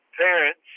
parents